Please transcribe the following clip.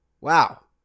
Wow